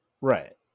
right